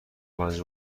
پنج